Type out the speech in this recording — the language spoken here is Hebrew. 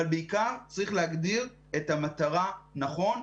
אבל בעיקר צריך להגדיר את המטרה נכון,